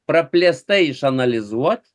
praplėstai išanalizuot